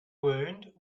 wound